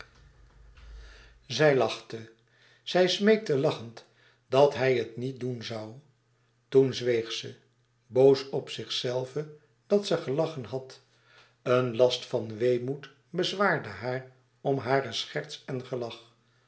zij lachte zij smeekte lachend dat hij het niet doen zoû toen zweeg ze boos op zichzelve dat ze gelachen had een last van weemoed bezwaarde haar om haren scherts en gelach